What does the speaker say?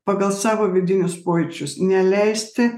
pagal savo vidinius pojūčius neleisti